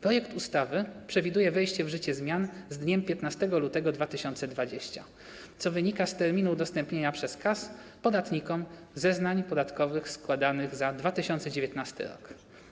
Projekt ustawy przewiduje wejście w życie zmian z dniem 15 lutego 2020 r., co wynika z terminu udostępnienia przez KAS podatnikom zeznań podatkowych składanych za 2019 r.